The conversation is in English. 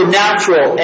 natural